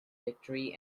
victory